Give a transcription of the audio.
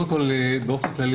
באופן כללי